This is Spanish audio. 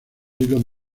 hilos